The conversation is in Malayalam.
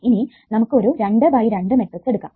ഇനി നമുക്ക് ഒരു 2 ബൈ 2 മെട്രിക്സ് എടുക്കാം